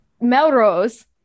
Melrose